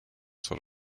sort